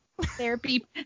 therapy